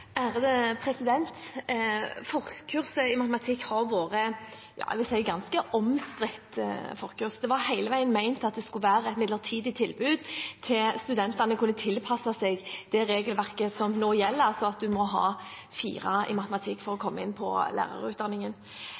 Forkurset i matematikk har vært – jeg vil si – ganske omstridt. Det var hele tiden ment at det skulle være et midlertidig tilbud til studentene, og som skulle tilpasse seg regelverket som nå gjelder, altså at en må ha 4 i matematikk for å komme inn på lærerutdanningen.